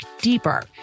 deeper